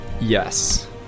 Yes